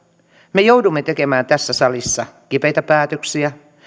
me joudumme tekemään tässä salissa kipeitä päätöksiä